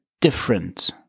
different